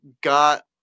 got